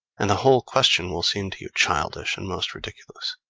and the whole question will seem to you childish, and most ridiculous!